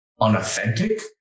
unauthentic